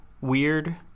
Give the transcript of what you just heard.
weird